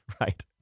Right